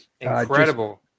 Incredible